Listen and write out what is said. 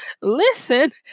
listen